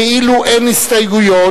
כאילו אין הסתייגויות.